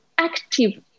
Active